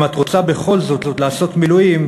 אם את בכל זאת רוצה לעשות מילואים,